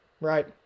Right